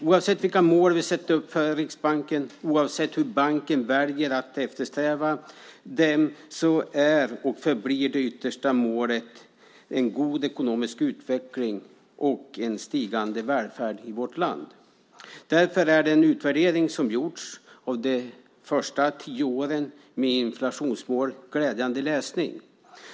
Oavsett vilka mål vi sätter upp för Riksbanken och oavsett hur banken väljer att eftersträva dem är och förblir det yttersta målet en god ekonomisk utveckling och en stigande välfärd i vårt land. Därför är den utvärdering som har gjorts av de första tio åren med inflationsmålet glädjande läsning.